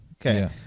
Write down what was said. Okay